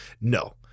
No